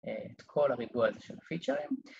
‫את כל הריבוע הזה של הפיצ'רים.